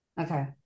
Okay